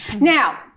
Now